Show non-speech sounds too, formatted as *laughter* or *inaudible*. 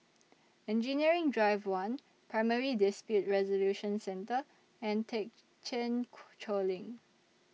Engineering Drive one Primary Dispute Resolution Centre and Thekchen *noise* Choling